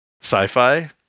sci-fi